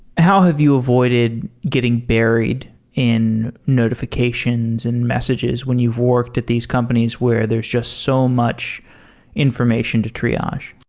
how have you avoided getting buried in notifications and messages when you've worked at these companies, where there's just so much information to triage?